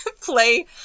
play